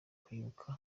kwibuka